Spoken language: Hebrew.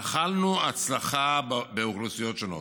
נחלנו הצלחה באוכלוסיות שונות.